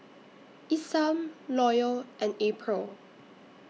Isam Loyal and April